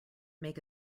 make